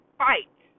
fight